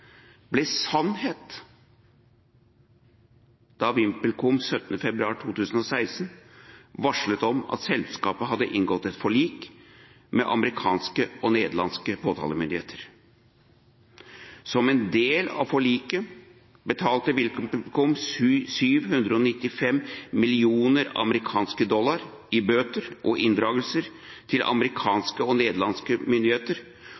ble sannhet da VimpelCom den 17. februar 2016 varslet om at selskapet hadde inngått et forlik med amerikanske og nederlandske påtalemyndigheter. Som en del av forliket betalte VimpelCom 795 mill. amerikanske dollar i bøter og inndragelser til amerikanske og nederlandske myndigheter